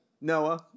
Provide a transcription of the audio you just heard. Noah